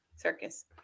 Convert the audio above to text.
circus